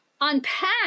unpack